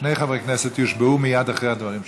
שני חברי הכנסת יושבעו מייד אחרי הדברים שלך.